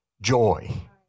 joy